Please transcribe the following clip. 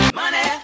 money